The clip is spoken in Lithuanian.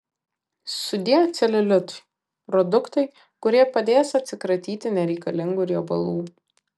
sudie celiulitui produktai kurie padės atsikratyti nereikalingų riebalų